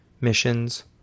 Missions